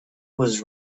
was